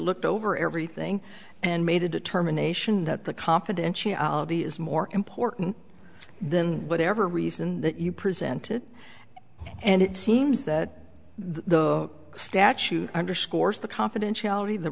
looked over everything and made a determination that the confidentiality is more important than whatever reason that you presented and it seems that the statute underscores the confidentiality the